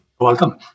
Welcome